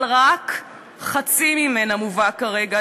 אבל רק חצי ממנה מובא כרגע,